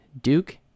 Duke